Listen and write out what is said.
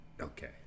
Okay